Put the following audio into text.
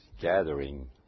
gathering